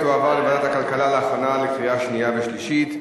היא תועבר לוועדת הכלכלה להכנה לקריאה שנייה ושלישית.